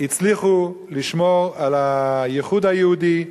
הצליחו לשמור על הייחוד היהודי.